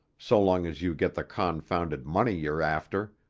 so long as you get the confounded money you're after.